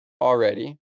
already